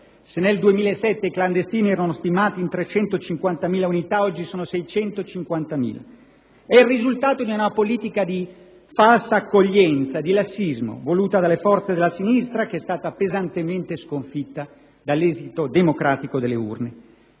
se nel 2007 i clandestini stimati erano 350.000, oggi sono 650.000. È il risultato di una politica di falsa accoglienza e di lassismo voluta dalle forze della sinistra, che è stata pesantemente sconfìtta dall'esito democratico delle urne.